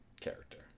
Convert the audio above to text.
character